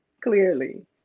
clearly